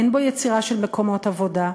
אין בו יצירה של מקומות עבודה.